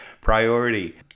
priority